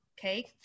Okay